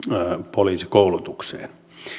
poliisikoulutukseen